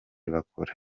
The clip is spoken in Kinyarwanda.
bakora